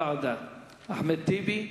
ועדה, חבר הכנסת אחמד טיבי,